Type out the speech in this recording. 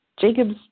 Jacob's